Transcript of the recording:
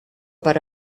per